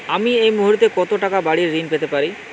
আমি এই মুহূর্তে কত টাকা বাড়ীর ঋণ পেতে পারি?